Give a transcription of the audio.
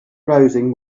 browsing